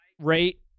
Rate